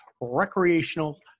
recreational